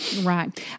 Right